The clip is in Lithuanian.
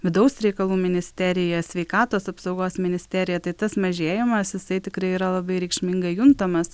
vidaus reikalų ministeriją sveikatos apsaugos ministeriją tai tas mažėjimas jisai tikrai yra labai reikšmingai juntamas